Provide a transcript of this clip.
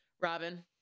robin